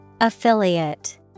Affiliate